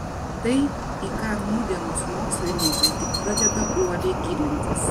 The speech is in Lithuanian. tai į ką nūdienos mokslininkai tik pradeda uoliai gilintis